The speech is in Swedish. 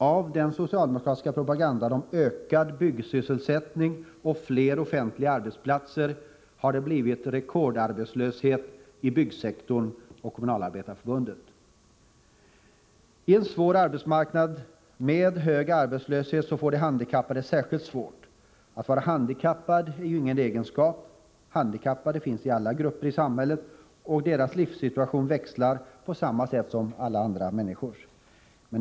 Trots den socialdemokratiska propagandan om ökad sysselsättning och flera offentliga arbetsplatser har det blivit rekordarbetslöshet inom byggsektorn och Kommunalarbetareförbundet. I en svår arbetsmarknad med stor arbetslöshet får de handikappade det särskilt svårt. Att vara handikappad är ju ingen speciell egenskap. Handikappade finns i alla grupper i samhället, och deras livssituation växlar på samma sätt som alla andra människors.